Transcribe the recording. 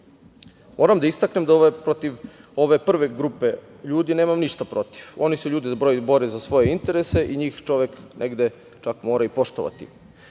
da istaknem da protiv ove prve grupe ljudi nemam ništa protiv. Oni se ljudi bore za svoje interese i njih čovek negde, čak mora i poštovati.